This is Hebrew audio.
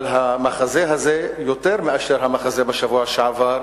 אבל המחזה הזה, יותר מאשר המחזה בשבוע שעבר,